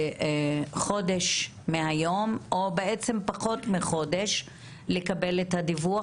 חודש מהיום או בעצם פחות מחודש לקבל את הדיווח,